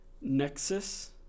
nexus